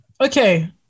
Okay